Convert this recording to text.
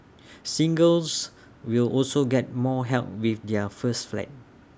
singles will also get more help with their first flat